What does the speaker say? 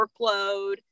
workload